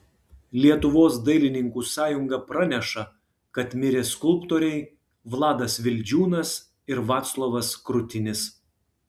lietuvos dailininkų sąjunga praneša kad mirė skulptoriai vladas vildžiūnas ir vaclovas krutinis